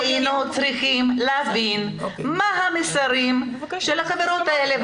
אנחנו היינו צריכים להבין מה המסרים של החברות האלה,